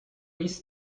least